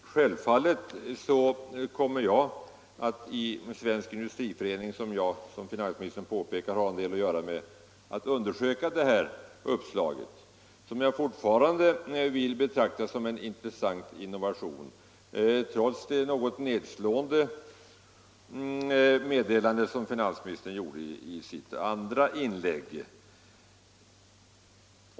Herr talman! Självfallet kommer jag att undersöka det här uppslaget, som jag fortfarande betraktar som en intressant innovation, i Svensk industriförening som jag, såsom finansministern påpekade, har en del att göra med — detta trots det något nedslående meddelande som finansministern lämnade i sitt andra inlägg.